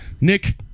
Nick